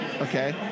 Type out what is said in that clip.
Okay